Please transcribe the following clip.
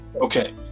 okay